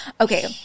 Okay